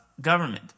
Government